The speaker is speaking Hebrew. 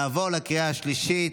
נעבור לקריאה השלישית,